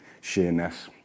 Sheerness